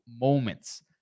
moments